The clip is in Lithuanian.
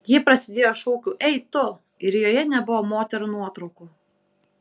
ji prasidėjo šūkiu ei tu ir joje nebuvo moterų nuotraukų